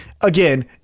Again